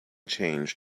change